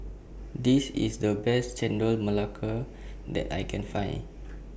This IS The Best Chendol Melaka that I Can Find